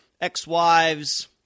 ex-wives